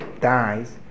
dies